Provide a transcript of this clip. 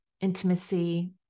intimacy